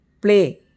play